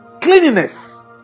cleanliness